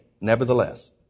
nevertheless